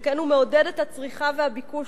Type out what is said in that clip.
שכן הוא מעודד את הצריכה והביקוש